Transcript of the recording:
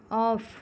off